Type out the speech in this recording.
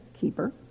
keeper